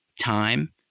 time